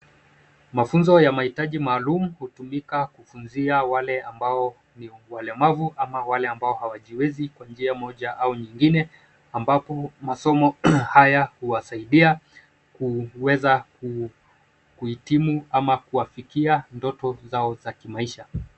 Mafunzo ya mahitaji maalum hutumika kuwafunzia wale ambao ni walemavu ama wale hawajiwezi kwa njia moja au nyingine. Masomo haya huwasaidia kuweza kuitimu au kuwafikia ndoto zao za kimaisha.